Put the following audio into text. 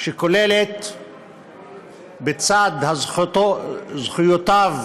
שכוללת לצד זכויותיו